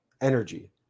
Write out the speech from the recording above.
energy